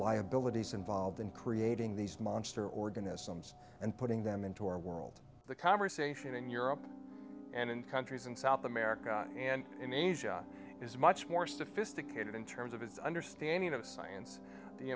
liabilities involved in creating these monster organisms and putting them into our world the conversation in europe and in countries in south america and in asia is much more sophisticated in terms of its understanding of science the